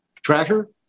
tracker